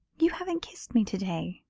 you haven't kissed me today,